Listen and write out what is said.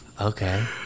Okay